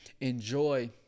enjoy